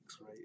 right